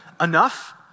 enough